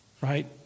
right